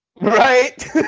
Right